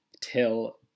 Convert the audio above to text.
till